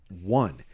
one